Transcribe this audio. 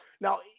Now